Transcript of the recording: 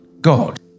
God